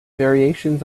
variations